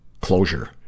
closure